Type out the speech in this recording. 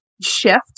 shift